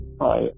Hi